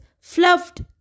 fluffed